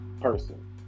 person